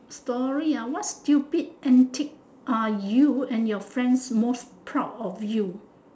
story ah what stupid antic are you and your friends most proud of you